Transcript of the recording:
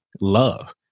love